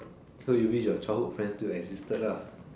so you wish your childhood friend still existed lah